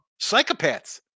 Psychopaths